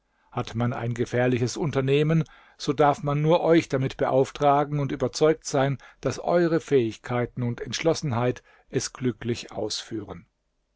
hat man ein gefährliches unternehmen so darf man nur euch damit beauftragen und überzeugt sein daß eure fähigkeiten und entschlossenheit es glücklich ausführen